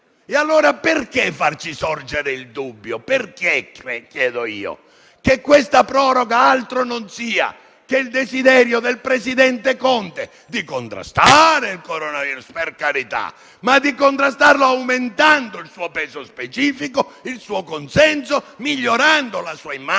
Allora perché farci sorgere il dubbio che questa proroga altro non sia che il desiderio del presidente Conte di contrastare il coronavirus, per carità, ma di farlo aumentando il suo peso specifico e il suo consenso, migliorando la sua immagine